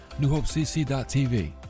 newhopecc.tv